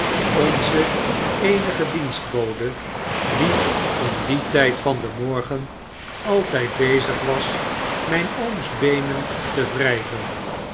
onze eetiige dienstbode die om dien tijd van den morgen altijd bezig was mijn oom's beenen te wrijven